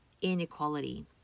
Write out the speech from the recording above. inequality